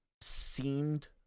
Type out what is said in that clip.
seemed